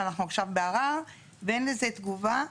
אנחנו עכשיו בערער ואין לזה תגובה.